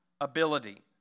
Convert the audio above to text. ability